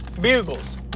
Bugles